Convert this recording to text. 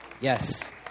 Yes